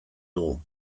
dugu